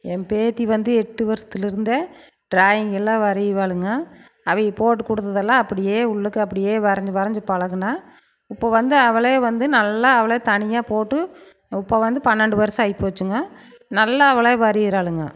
என் பேத்தி வந்து எட்டு வருஷத்திலருந்தே ட்ராயிங்கெல்லாம் வரையுவாளுங்க அவங்க போட்டு கொடுத்ததெல்லாம் அப்படியே உள்ளுக்க அப்படியே வரைஞ்சி வரைஞ்சி பழகினா இப்போ வந்து அவளே வந்து நல்லா அவளே தனியாக போட்டு இப்போ வந்து பன்னெண்டு வருஷம் ஆகிபோச்சுங்க நல்லா அவளே வரையிகிறாளுங்க